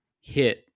hit